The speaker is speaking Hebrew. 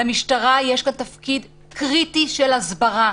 למשטרה יש כאן תפקיד קריטי של הסברה,